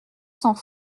sans